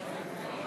זכות